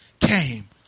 came